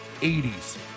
80s